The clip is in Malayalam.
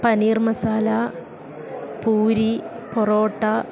പനീർ മസാല പൂരി പൊറോട്ട